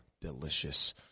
delicious